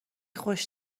خوش